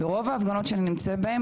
ברוב ההפגנות שאני נמצאת בהן,